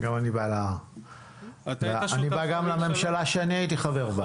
אני בא גם לממשלה שאני הייתי חבר בה.